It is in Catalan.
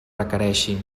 requereixin